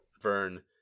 Vern